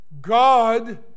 God